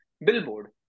billboard